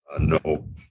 no